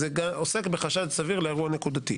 עוסק בחשד סביר לאירוע נקודתי.